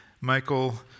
Michael